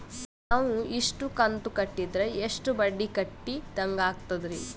ನಾವು ಇಷ್ಟು ಕಂತು ಕಟ್ಟೀದ್ರ ಎಷ್ಟು ಬಡ್ಡೀ ಕಟ್ಟಿದಂಗಾಗ್ತದ್ರೀ?